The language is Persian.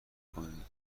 کنید